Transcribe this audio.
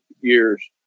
years